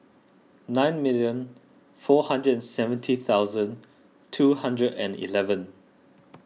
nine million four hundred and seventy thousand two hundred and eleven